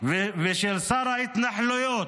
ושל שר ההתנחלויות,